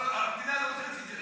אבל המדינה לא נותנת היתרים.